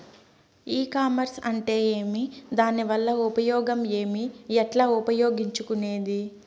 ఈ కామర్స్ అంటే ఏమి దానివల్ల ఉపయోగం ఏమి, ఎట్లా ఉపయోగించుకునేది?